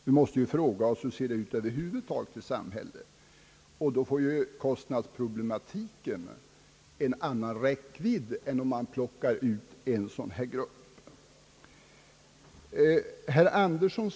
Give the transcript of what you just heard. Vi måste ta hänsyn till hur det över huvud taget ser ut i samhället, och då får ju kostnadsproblematiken en annan räckvidd än om man plockar ut en sådan grupp som studenterna.